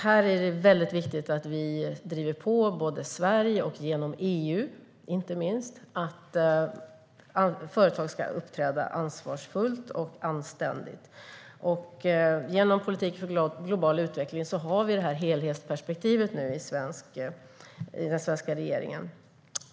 Här är det viktigt att vi driver på från Sverige, inte minst genom EU, för att företag ska uppträda ansvarsfullt och anständigt. Genom politiken för global utveckling har vi ett helhetsperspektiv i den svenska regeringen.